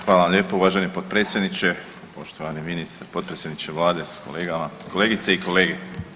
Hvala vam lijepo uvaženi potpredsjedniče, poštovani potpredsjedniče vlade s kolegama, kolegice i kolege.